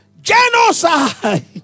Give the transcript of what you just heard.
genocide